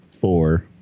Four